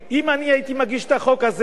אם אני הייתי מגיש את החוק הזה,